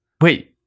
Wait